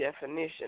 definition